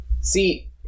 See